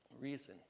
Reason